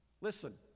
Listen